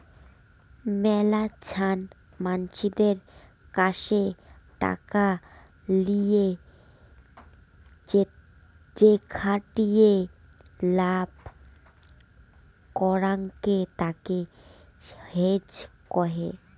মেলাছান মানসিদের কাসে টাকা লিয়ে যেখাটিয়ে লাভ করাঙকে তাকে হেজ কহে